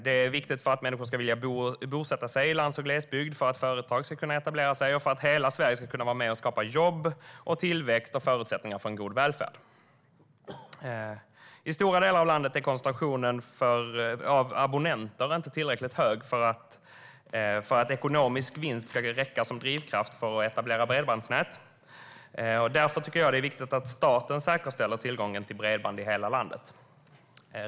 Det är viktigt för att människor ska välja att bosätta sig i lands och glesbygd, för att företag ska kunna etablera sig och för att hela Sverige ska kunna vara med och skapa jobb, tillväxt och förutsättningar för en god välfärd. I stora delar av landet är koncentrationen av abonnenter inte tillräcklig hög för att det ska räcka med ekonomisk vinst som drivkraft för att etablera bredbandsnät. Därför är det viktigt att staten säkerställer tillgången till bredband i hela landet.